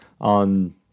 on